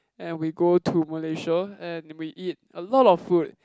and we go to Malaysia and we eat a lot of food